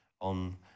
on